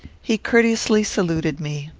he courteously saluted me.